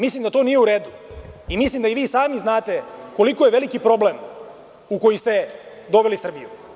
Mislim da to nije u redu i mislim da i vi sami znate koliko je veliki problem u koji ste doveli Srbiju.